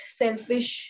selfish